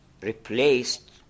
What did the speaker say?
replaced